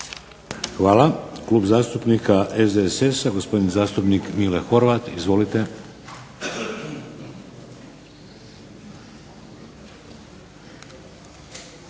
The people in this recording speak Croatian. Hvala. Klub zastupnika SDSS-a, gospodin zastupnik Mile Horvat. Izvolite.